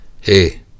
Hey